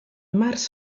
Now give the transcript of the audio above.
març